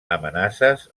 amenaces